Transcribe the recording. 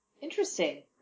interesting